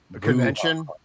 convention